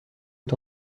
est